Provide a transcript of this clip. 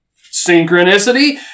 synchronicity